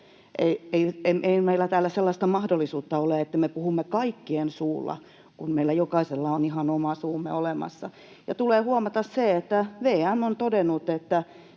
Ei meillä täällä sellaista mahdollisuutta ole, että me puhumme kaikkien suulla, kun meillä jokaisella on ihan oma suumme olemassa. Tulee huomata se, että VM on todennut, että